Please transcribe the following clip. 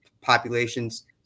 populations